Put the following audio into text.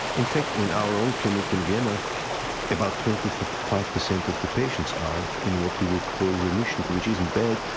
in fact in our own clinic in vienna about twenty five percent of the patients are in what we would call remission which isn't bad,